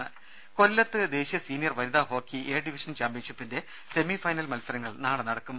രുര കൊല്ലത്ത് ദേശീയ സീനിയർ വനിതാ ഹോക്കി എ ഡിവിഷൻ ചാമ്പ്യൻഷിപ്പിന്റെ സെമി ഫൈനൽ മത്സരങ്ങൾ നാളെ നടക്കും